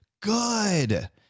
good